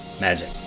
magic